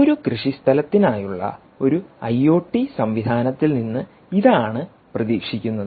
ഒരു കൃഷിസ്ഥലത്തിനായുള്ള ഒരു ഐഒടി സംവിധാനത്തിൽ നിന്ന് ഇതാണ് പ്രതീക്ഷിക്കുന്നത്